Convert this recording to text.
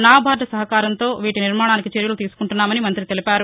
NABARD సహకారంతో వీటి నిర్మాణానికి చర్యలు తీసుకుంటున్నామని తెలిపారు